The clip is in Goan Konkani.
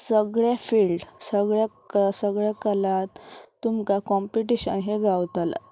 सगळे फिल्ड सगळे सगळ्या कलांत तुमकां कॉम्पिटिशन हें गावतलं